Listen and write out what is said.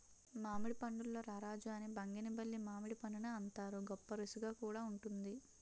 మామిడి పండుల్లో రారాజు అని బంగినిపల్లి మామిడిపండుని అంతారు, గొప్పరుసిగా కూడా వుంటుంది